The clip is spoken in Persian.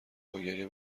باگریه